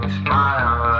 smile